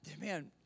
man